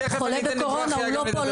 חולה בקורונה ולכן הוא לא פה.